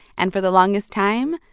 and for the longest time,